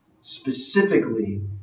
Specifically